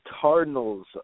Cardinals